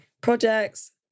projects